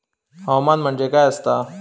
हवामान म्हणजे काय असता?